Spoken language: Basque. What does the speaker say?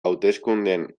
hauteskundeen